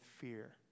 fear